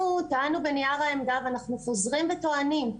אנחנו טענו בנייר העמדה, ואנחנו חוזרים וטוענים.